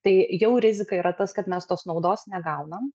tai jau rizika yra tas kad mes tos naudos negaunam